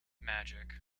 magic